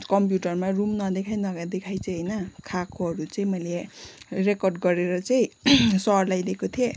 कम्प्युटरमा रुम नदेखाई नदेखाई चाहिँ होइन खाएकोहरू चाहिँ मैले रेकर्ड गरेर चाहिँ सरलाई दिएको थिएँ